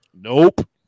Nope